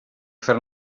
fer